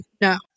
No